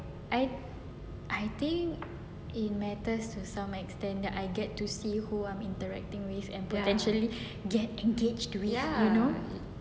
I I think in matters to some extent that I get to see who I'm interacting with and potentially get engaged to you know